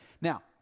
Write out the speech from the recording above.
Now